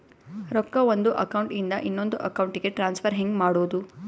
ರೊಕ್ಕ ಒಂದು ಅಕೌಂಟ್ ಇಂದ ಇನ್ನೊಂದು ಅಕೌಂಟಿಗೆ ಟ್ರಾನ್ಸ್ಫರ್ ಹೆಂಗ್ ಮಾಡೋದು?